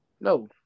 No